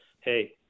hey